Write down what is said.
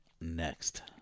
next